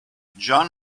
john